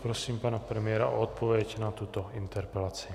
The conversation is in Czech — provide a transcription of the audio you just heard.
Prosím pana premiéra o odpověď na tuto interpelaci.